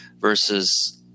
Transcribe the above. versus